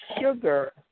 sugar